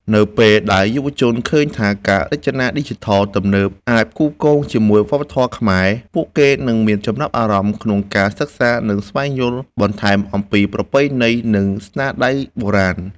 នៅពេលដែលយុវជនឃើញថាការរចនាឌីជីថលទំនើបអាចផ្គូផ្គងជាមួយវប្បធម៌ខ្មែរ ពួកគេនឹងមានចំណាប់អារម្មណ៍ក្នុងការសិក្សា និងស្វែងយល់បន្ថែមអំពីប្រពៃណី និងស្នាដៃបុរាណ។